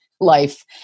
Life